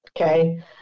okay